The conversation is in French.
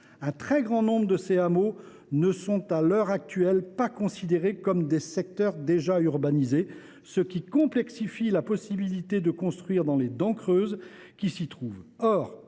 un très grand nombre de ces hameaux ne sont pas considérés comme des secteurs déjà urbanisés, ce qui obère la possibilité de construire dans les dents creuses qui s’y trouvent.